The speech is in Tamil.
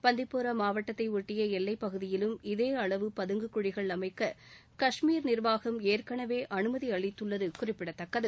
பந்திப்புரா மாவட்டத்தை ஒட்டிய எல்லைப் பகுதியிலும் இதே அளவு பதுங்கு குழிகள் அமைக்க கஷ்மீர் நிர்வாகம் ஏற்கனவே அனுமதி அளித்துள்ளது குறிப்பிடத்தக்கது